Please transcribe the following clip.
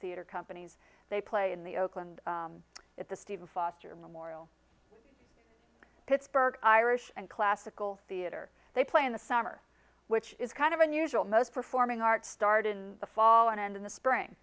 theatre companies they play in the oakland at the stephen foster memorial pittsburgh irish and classical theater they play in the summer which is kind of unusual most performing arts start in the fall and in the spring